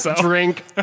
Drink